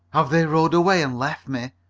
have they rowed away and left me?